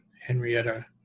Henrietta